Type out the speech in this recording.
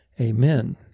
Amen